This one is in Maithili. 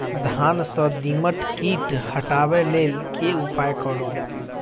धान सँ दीमक कीट हटाबै लेल केँ उपाय करु?